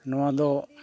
ᱱᱚᱣᱟᱫᱚ